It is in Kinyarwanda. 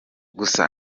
gusasa